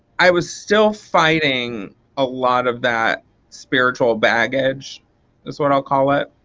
i was still fighting a lot of that spiritual baggage is what i'll call it.